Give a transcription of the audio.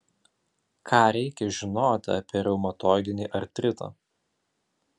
ką reikia žinoti apie reumatoidinį artritą